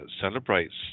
celebrates